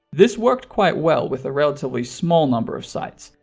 this worked quite well with a relatively small number of sites,